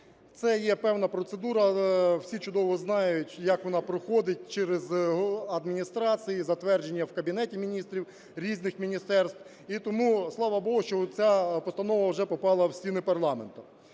Це є певна процедура. Але всі чудово знають, як вона проходить через адміністрації, затвердження в Кабінеті Міністрів різних міністерств. І тому, слава Богу, що ця постанова вже попала в стіни парламенту.